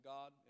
God